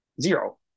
zero